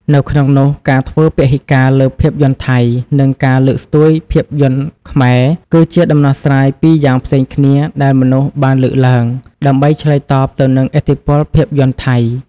នៅក្នុងនោះការធ្វើពហិការលើភាពយន្តថៃ និងការលើកស្ទួយភាពយន្តខ្មែរ គឺជាដំណោះស្រាយពីរយ៉ាងផ្សេងគ្នាដែលមនុស្សបានលើកឡើង ដើម្បីឆ្លើយតបទៅនឹងឥទ្ធិពលភាពយន្តថៃ។